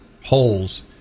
holes